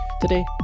Today